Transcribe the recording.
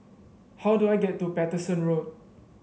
how do I get to Paterson Road